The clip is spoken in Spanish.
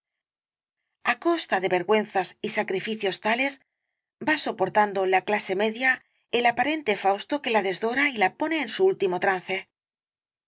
costa de vergüenzas y sacrificios tales va soportando la clase media el aparente fausto que la desdora y la pone en su último trance